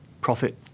profit